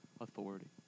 authority